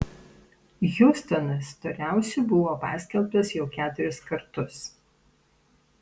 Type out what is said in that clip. hjustonas storiausiu buvo paskelbtas jau keturis kartus